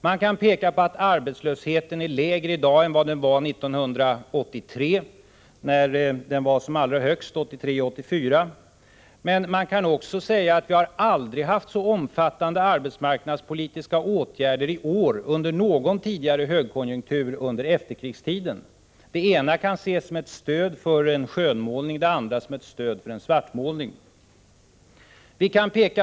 Man kan peka på att arbetslösheten är lägre i dag än vad den var 1983-1984, när den var som allra högst, men man kan också säga att vi aldrig haft så omfattande arbetsmarknadspolitiska åtgärder som i år under någon tidigare högkonjunktur under efterkrigstiden. Det ena kan ses som ett stöd för en skönmålning, det andra som ett stöd för en svartmålning.